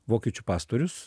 vokiečių pastorius